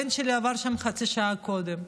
הבן שלי עבר שם חצי שעה קודם.